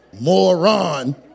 moron